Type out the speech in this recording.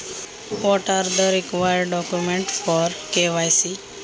KYC साठी आवश्यक कागदपत्रे कोणती आहेत?